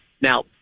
Now